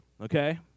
okay